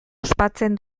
ospatzen